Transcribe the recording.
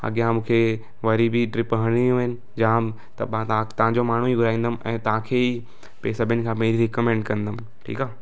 अॻियां मूंखे वरी बि ट्रिप हणड़ियूं आहिनि जाम त मां तव्हां तव्हांजो माण्हू ई घुराईंदमि ऐं तव्हांखे ई भई सभिनी खां पहिरीं रिकमैंड कंदुमि ठीकु आहे